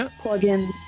plug-in